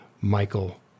Michael